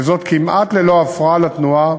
כמעט ללא הפרעה לתנועה,